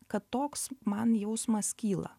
kad toks man jausmas kyla